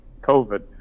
COVID